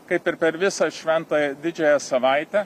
kaip ir per visą šventąją didžiąją savaitę